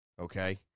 okay